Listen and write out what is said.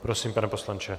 Prosím, pane poslanče.